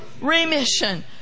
Remission